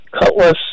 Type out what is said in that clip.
Cutlass